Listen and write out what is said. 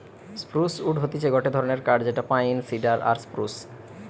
spruce wood হতিছে গটে ধরণের কাঠ যেটা পাইন, সিডার আর স্প্রুস